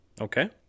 Okay